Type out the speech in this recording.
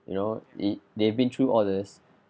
you know it they've been through all these